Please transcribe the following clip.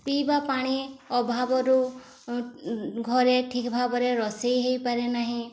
ପିଇବା ପାଣି ଅଭାବରୁ ଘରେ ଠିକ୍ ଭାବରେ ରୋଷେଇ ହେଇପାରେ ନାହିଁ